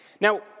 Now